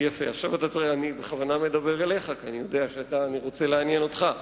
אני בכוונה מדבר אליך, כי אני רוצה לעניין אותך.